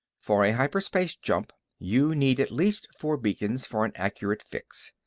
for a hyperspace jump, you need at least four beacons for an accurate fix.